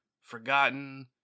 Forgotten